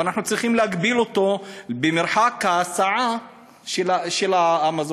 אבל אנחנו צריכים להגביל אותו במרחק ההסעה של המזון.